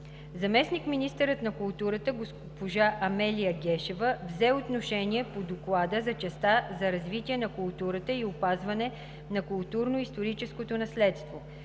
Заместник-министърът на културата госпожа Амелия Гешева взе отношение по Доклада за частта за развитие на културата и опазване на културно-историческото наследство.